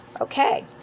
okay